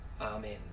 Amen